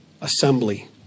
assembly